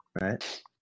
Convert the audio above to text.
Right